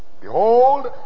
Behold